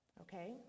okay